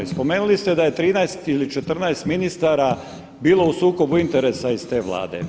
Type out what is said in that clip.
Spomenuli ste da je 13 ili 14 ministara bilo u sukobu interesa iz te Vlade.